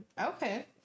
okay